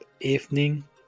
evening